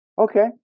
okay